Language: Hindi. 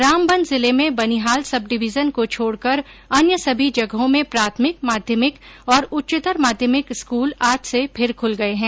रामबन जिले में बनिहाल सब डिवीजन को छोड़कर अन्य सभी जगहों में प्राथमिक माध्यमिक और उच्चतर माध्यमिक स्कूल आज से फिर खूल गये हैं